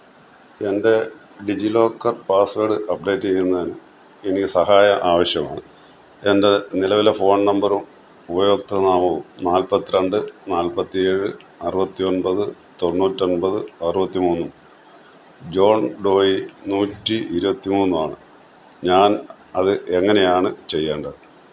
എൻ്റെ DigiLocker password update ചെയ്യുന്നതിന് എനിക്ക് സഹായം ആവശ്യമാണ് എൻ്റെ നിലവിലെ ഫോൺ നമ്പറും ഉപഭോക്തൃ നാമവും നാല്പ്പത്ത് രണ്ട് നാല്പ്പത്തേഴ് അറുപത്തി ഒന്പത് തൊണ്ണൂറ്റൊൻപത് അറുപത്തി മൂന്നും ജോൺ ഡോയി നൂറ്റി ഇരുപത്തി മൂന്നാണ് ഞാൻ അത് എങ്ങനെയാണ് ചെയ്യേണ്ടത്